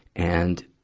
and,